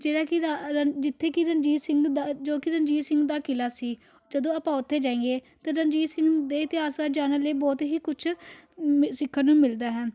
ਜਿਹੜਾ ਕਿ ਰ ਰ ਜਿੱਥੇ ਕਿ ਰਣਜੀਤ ਸਿੰਘ ਦਾ ਜੋ ਕਿ ਰਣਜੀਤ ਸਿੰਘ ਦਾ ਕਿਲ੍ਹਾ ਸੀ ਜਦੋਂ ਆਪਾਂ ਉੱਥੇ ਜਾਈਏ ਤਾਂ ਰਣਜੀਤ ਸਿੰਘ ਦੇ ਇਤਿਹਾਸ ਦਾ ਜਾਨਣ ਲਈ ਬਹੁਤ ਹੀ ਕੁਛ ਸਿੱਖਣ ਨੂੰ ਮਿਲਦਾ ਹੈ